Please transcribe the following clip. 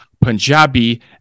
Punjabi